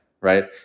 right